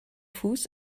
fuß